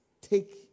take